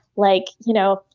like, you know,